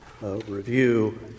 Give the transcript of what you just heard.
review